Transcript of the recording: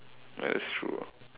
right that's true ah